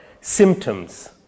symptoms